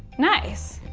nice,